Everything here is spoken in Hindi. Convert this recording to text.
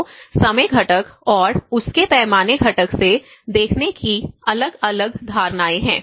तो समय घटक और उस के पैमाने घटक से देखने की अलग अलग धारणाएं हैं